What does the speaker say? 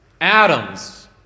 Atoms